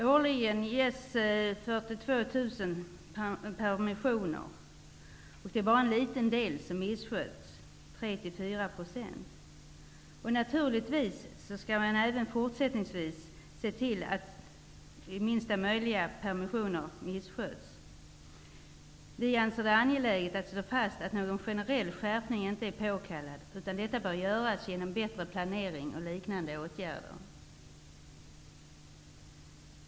Årligen beviljas 42 000 permissioner, varav det bara är en liten del som missköts, 3--4 %. Naturligtvis skall man även fortsättningsvis se till att så få permissioner som möjligt missköts. Vi anser att det är angeläget att slå fast att någon generell skärpning inte är påkallad. I stället måste det till bättre planering och liknande åtgärder.